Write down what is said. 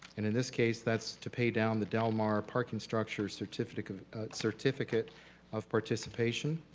and in this case, that's to pay down the del mar parking structures certificate of certificate of participation.